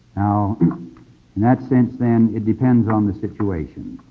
ah that sense then it depends on the situation.